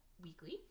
weekly